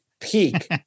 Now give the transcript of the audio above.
peak